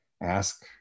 ask